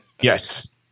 yes